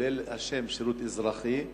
כולל השם "שירות אזרחי",